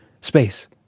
Space